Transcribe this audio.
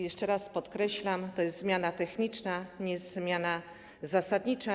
Jeszcze raz podkreślam: To jest zmiana techniczna, to nie jest zmiana zasadnicza.